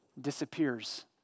disappears